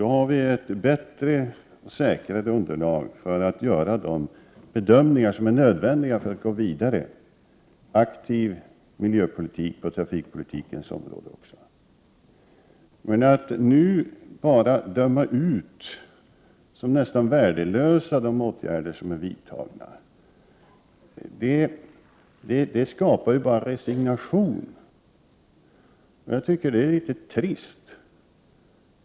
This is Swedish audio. Då får vi ett bättre och säkrare underlag för att göra de bedömningar som är nödvändiga för att vi skall kunna gå vidare och föra en aktiv miljöpolitik också på trafikpolitikens område. Men att nu bara döma ut de åtgärder som är vidtagna som nästan värdelösa skapar bara resignation. Jag tycker att det är riktigt trist.